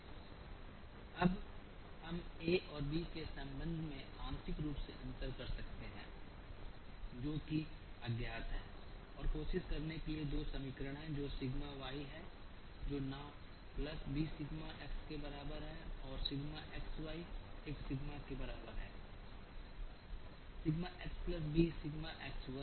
अब हम a और b के संबंध में आंशिक रूप से अंतर कर सकते हैं जो कि अज्ञात हैं और कोशिश करने के लिए दो समीकरण हैं जो सिग्मा y है जो ना प्लस b सिग्मा x के बराबर है और सिग्मा xy एक सिग्मा के बराबर है sigma x plus b sigma x वर्ग